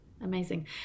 amazing